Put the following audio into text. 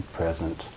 present